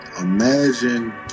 Imagine